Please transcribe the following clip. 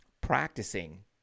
practicing